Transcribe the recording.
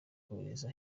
kohereza